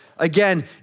Again